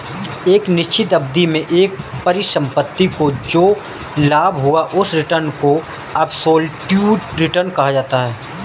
एक निश्चित अवधि में एक परिसंपत्ति को जो लाभ हुआ उस रिटर्न को एबसोल्यूट रिटर्न कहा जाता है